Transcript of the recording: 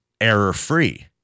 error-free